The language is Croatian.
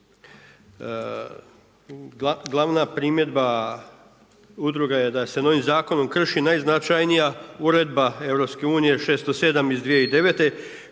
Glavna primjedba udruga je da se novim zakonom krši najznačajnija uredba EU 607 iz 2009.